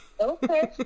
Okay